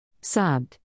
sobbed